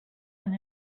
and